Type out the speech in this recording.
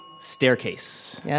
Staircase